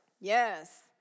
Yes